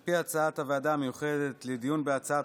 על פי הצעת הוועדה המיוחדת לדיון בהצעת